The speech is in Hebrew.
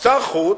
שר החוץ,